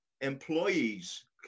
employees